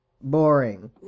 boring